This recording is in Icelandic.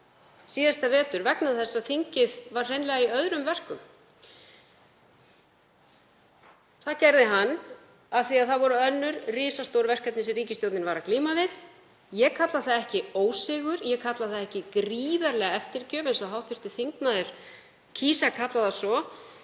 síðasta vetur vegna þess að þingið var hreinlega í öðrum verkum. Það gerði hann af því að það voru önnur risastór verkefni sem ríkisstjórnin var að glíma við. Ég kalla það ekki ósigur. Ég kalla það ekki gríðarlega eftirgjöf, eins og hv. þingmaður kýs að kalla það.